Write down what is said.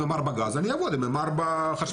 אני אעבוד עם M4 חשמלי,